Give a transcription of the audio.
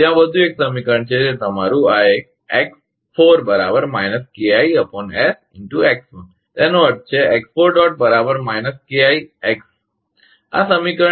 અને ત્યાં એક વધુ સમીકરણ છે તે તમારું આ એક x4 KI sx1 તેનો અર્થ છે ẋ4 KIx આ સમીકરણ ડી છે